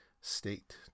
state